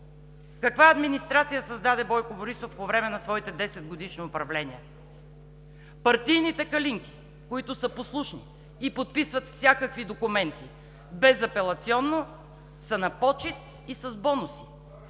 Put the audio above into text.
каква администрация създаде Бойко Борисов по време на своето 10-годишно управление? Партийните калинки, които са послушни и подписват всякакви документи, безапелационно са на почит и с бонуси.